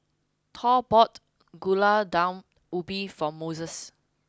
Thor bought Gulai Daun Ubi for Moises